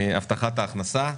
הבטחת הכנסה.